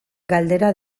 galdera